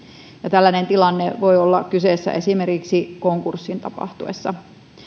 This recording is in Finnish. tällainen tilanne voi olla kyseessä esimerkiksi konkurssin tapahtuessa